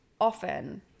often